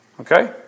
Okay